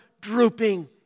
drooping